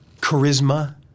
charisma